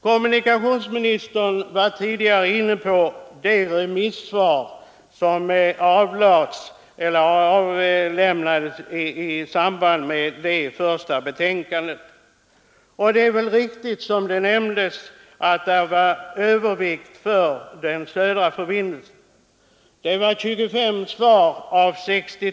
Kommunikationsministern berörde tidigare de resmissvar som avlämnades i samband med det första betänkandet. Det är riktigt som nämnts att det rådde övervikt för den södra förbindelsen. 62 svar avlämnades.